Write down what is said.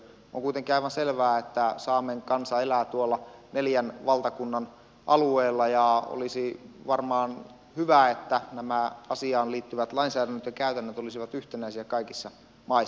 on kuitenkin aivan selvää että saamen kansa elää tuolla neljän valtakunnan alueella ja olisi varmaan hyvä että nämä asiaan liittyvät lainsäädäntökäytännöt olisivat yhtenäisiä kaikissa maissa